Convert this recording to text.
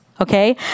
Okay